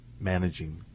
managing